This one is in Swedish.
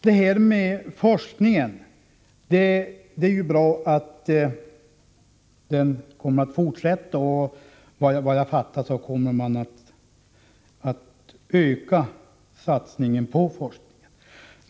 Det är bra att forskningen kommer att fortsätta och att man, såvitt jag förstår, kommer att öka satsningen på forskningen.